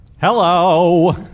Hello